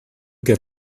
get